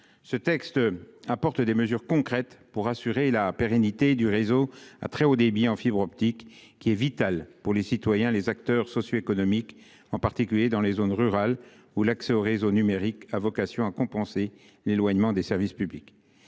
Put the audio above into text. Ce texte prévoit des mesures concrètes pour assurer la pérennité du réseau à très haut débit en fibre optique, qui est vital pour les citoyens et les acteurs socio-économiques, en particulier dans les zones rurales, où l'accès au réseau numérique a vocation à compenser l'éloignement des services publics.